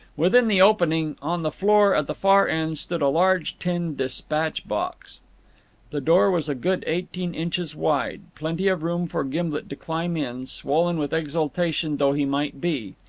within the opening, on the floor at the far end, stood a large tin despatch-box. the door was a good eighteen inches wide plenty of room for gimblet to climb in, swollen with exultation though he might be.